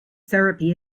therapy